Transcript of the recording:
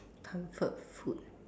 comfort food